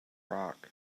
rock